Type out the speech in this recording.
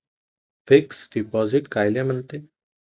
Fix deposit कायले म्हनते?